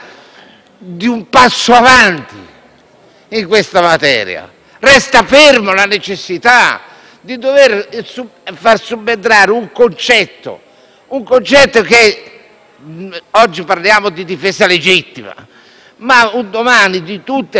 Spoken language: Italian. Mi auguro che ci sia questa volontà, perché stiamo facendo molte leggi, con l'intenzione che dobbiamo sempre rimodularle e riconfermarle. Mi meraviglia e mi dispiace che non ci sia il ministro Salvini,